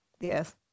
Yes